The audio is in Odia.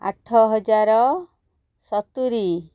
ଆଠ ହଜାର ସତୁରୀ